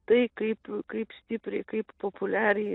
tai kaip kaip stipriai kaip populiariai